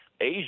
Asia